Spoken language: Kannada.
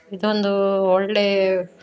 ಇದೊಂದು ಒಳ್ಳೆ